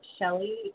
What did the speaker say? Shelly